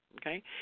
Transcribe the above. okay